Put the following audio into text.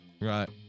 right